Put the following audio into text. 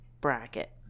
bracket